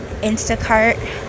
instacart